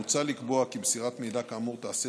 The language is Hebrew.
מוצע לקבוע כי מסירת מידע כאמור תיעשה